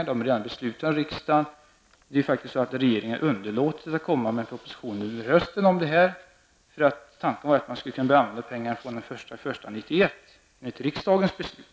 Beslutet om dessa pengar är redan fattat av riksdagen det är faktiskt så att regeringen har underlåtit att komma med en proposition i denna fråga under hösten. Tanken var ju att man skulle kunna börja använda pengarna den 1 januari 1991 enligt riksdagens beslut.